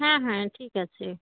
হ্যাঁ হ্যাঁ ঠিক আছে